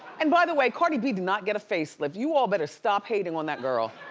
and by the way, cardi b do not get a face lift. you all better stop hating on that girl.